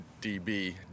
db